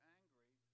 angry